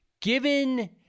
given